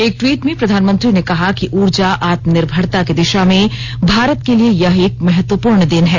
एक ट्वीट में प्रधानमंत्री ने कहा कि ऊर्जा आत्मनिर्भरता की दिशा में भारत के लिए यह एक महत्वपूर्ण दिन है